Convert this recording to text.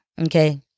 Okay